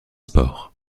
sports